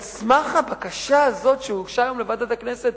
על סמך הבקשה הזאת שהוגשה היום לוועדת הכנסת,